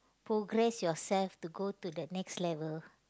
progress yourself to go to the next level